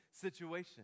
situation